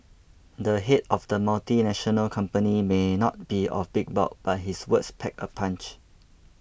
the head of the multinational company may not be of big bulk but his words pack a punch